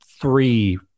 three